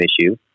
issue